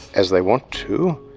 as they want to,